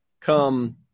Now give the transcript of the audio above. come